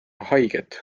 haiget